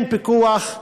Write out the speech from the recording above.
אין פיקוח.